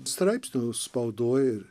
straipsnių spaudoj ir